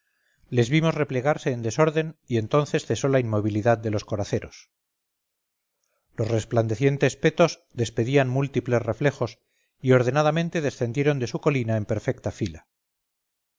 les vimos replegarse en desorden y entonces cesó la inmovilidad de los coraceros los resplandecientes petos despedían múltiples reflejos y ordenadamente descendieron de su colina en perfecta fila